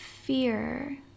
fear